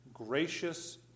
gracious